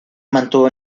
mantuvo